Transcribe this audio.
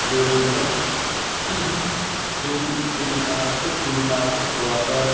दी गई है theme theme park theme park water